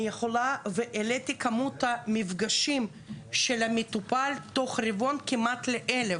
אני יכולה וגם העליתי את כמות המפגשים של מטופל תוך רבעון כמעט ל-1,000.